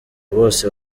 bose